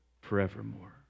forevermore